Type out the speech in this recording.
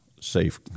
safe